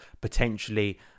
potentially